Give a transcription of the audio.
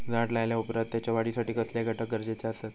झाड लायल्या ओप्रात त्याच्या वाढीसाठी कसले घटक गरजेचे असत?